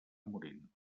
morint